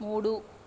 మూడు